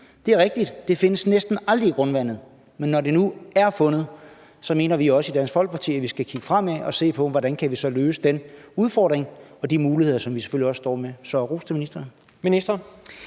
det er rigtigt, at det næsten aldrig findes i grundvandet, men når det nu er fundet, så mener vi også i Dansk Folkeparti, at vi skal kigge fremad og se på, hvordan vi så kan løse den udfordring, og også se på de muligheder, som vi selvfølgelig også har. Så ros til ministeren.